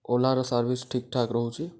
ଓଲାର service ଠିକ୍ ଠାକ୍ ରହୁଛି